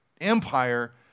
empire